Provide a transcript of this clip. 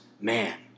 man